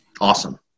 Awesome